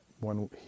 one